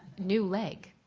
new leg.